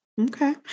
Okay